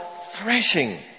threshing